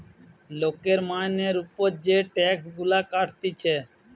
লোকের মাইনের উপর যে টাক্স গুলা কাটতিছে